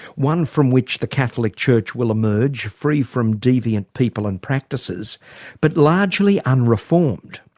one from which the catholic church will emerge free from deviant people and practices but largely unreformed?